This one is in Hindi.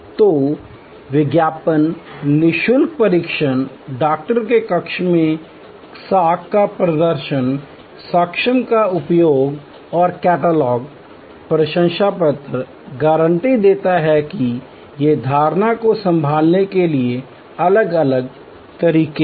तो विज्ञापन नि शुल्क परीक्षण डॉक्टर के कक्ष में साख का प्रदर्शन साक्ष्य का उपयोग और कैटलॉग प्रशंसापत्र गारंटी देता है कि ये धारणा को संभालने के लिए अलग अलग तरीके हैं